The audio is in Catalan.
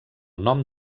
nom